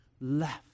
left